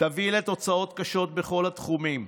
תביא לתוצאות קשות בכל התחומים.